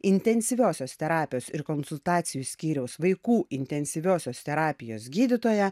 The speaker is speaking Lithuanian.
intensyviosios terapijos ir konsultacijų skyriaus vaikų intensyviosios terapijos gydytoja